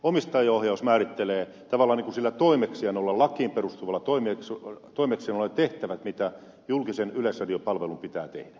omistajaohjaus määrittelee tavallaan lakiin perustuvalla toimeksiannolla ne tehtävät joita julkisen yleisradiopalvelun pitää tehdä